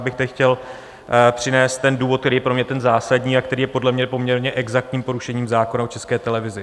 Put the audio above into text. Já bych tady chtěl přinést ten důvod, který je pro mě ten zásadní a který je podle mě poměrně exaktním porušením zákona o České televizi.